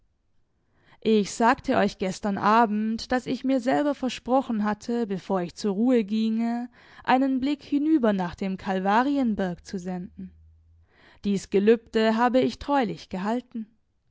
ich sagte euch gestern abend daß ich mir selber versprochen hatte bevor ich zur ruhe ginge einen blick hinüber nach dem kalvarienberg zu senden dies gelübde habe ich treulich gehalten